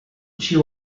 she